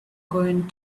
going